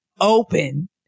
open